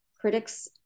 Critics